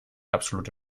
absolute